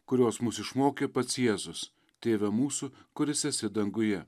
kurios mus išmokė pats jėzus tėve mūsų kuris esi danguje